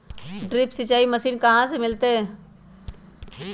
Drip सिंचाई machine कहाँ से मिलतै?